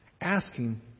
Asking